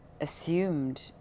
assumed